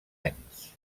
anys